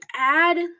add